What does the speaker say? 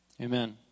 Amen